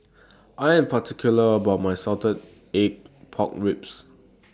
I Am particular about My Salted Egg Pork Ribs